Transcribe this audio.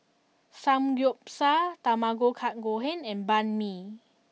Samgeyopsal Tamago Kake Gohan and Banh Mi